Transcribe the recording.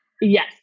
yes